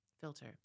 filter